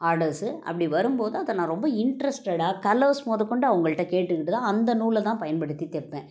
orders அப்படி வரும் போது அதை நான் ரொம்ப இன்ட்ரெஸ்ட்டடாக கலர்ஸ் முதக்கொண்டு அவங்கள்ட்ட கேட்டுக்கிட்டு தான் அந்த நூலில் தான் பயன்படுத்தி தைப்பேன்